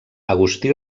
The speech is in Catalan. agustí